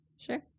sure